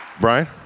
Brian